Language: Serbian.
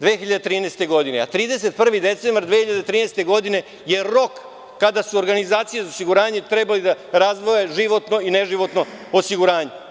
2013. godine, a 31. decembar 2013. godine je rok kada su organizacije za osiguranje trebale da razdvoje životno i neživotno osiguranje.